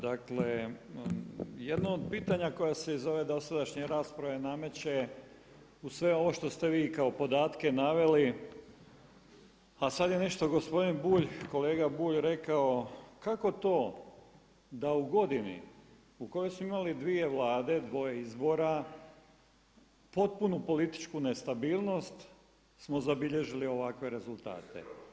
Dakle jedno od pitanja koje se iz ove dosadašnje rasprave nameće je uz sve ovo što ste vi kao podatke naveli a sada je nešto gospodin Bulj, kolega rekao kako to da u godini u kojoj smo imali dvije Vlade, dvoje izbora, potpunu političku nestabilnost smo zabilježili ovakve rezultate.